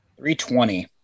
320